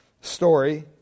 story